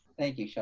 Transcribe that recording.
thank you, so